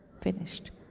Finished